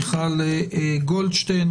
מיכל גולדשטיין,